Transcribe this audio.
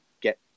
get